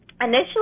initially